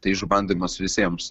tai išbandymas visiems